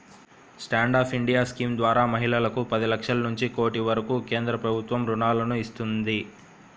stand up India scheme ద్వారా మహిళలకు పది లక్షల నుంచి కోటి వరకు కేంద్ర ప్రభుత్వం రుణాలను ఇస్తున్నది